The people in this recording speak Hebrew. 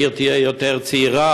העיר תהיה יותר צעירה,